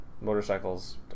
motorcycles